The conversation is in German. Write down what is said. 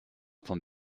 vom